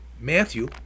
Matthew